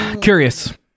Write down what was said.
Curious